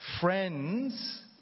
Friends